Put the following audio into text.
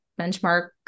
benchmark